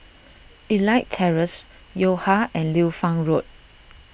Elite Terrace Yo Ha and Liu Fang Road